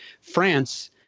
France